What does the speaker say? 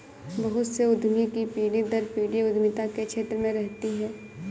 बहुत से उद्यमी की पीढ़ी दर पीढ़ी उद्यमिता के क्षेत्र में रहती है